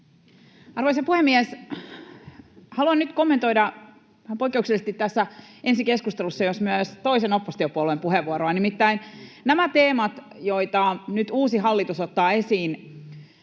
Arvoisa puhemies! Haluan nyt kommentoida vähän poikkeuksellisesti tässä ensikeskustelussa myös toisen oppositiopuolueen puheenvuoroa. Nimittäin näistä teemoista, joita nyt uusi hallitus ottaa esiin